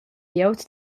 glieud